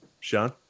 Sean